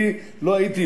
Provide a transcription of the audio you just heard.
אני לא הייתי,